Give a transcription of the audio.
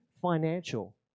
financial